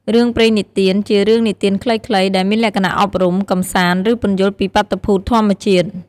រឿងព្រេងនិទាន ជារឿងនិទានខ្លីៗ ដែលមានលក្ខណៈអប់រំ កម្សាន្ត ឬពន្យល់ពីបាតុភូតធម្មជាតិ។